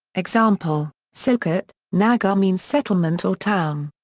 example so sialkot. nagar means settlement or town.